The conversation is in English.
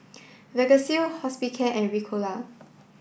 Vagisil Hospicare and Ricola